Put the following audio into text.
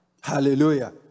Hallelujah